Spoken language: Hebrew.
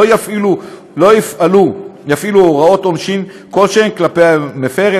לא יפעילו הוראות עונשין כלשהן כלפי המפר,